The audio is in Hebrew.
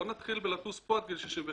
בוא נתחיל בלטוס פה עד גיל 67,